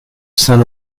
saint